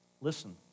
listen